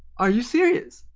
are you serious?